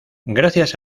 gracias